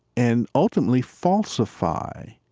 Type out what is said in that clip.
and ultimately falsify.